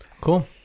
cool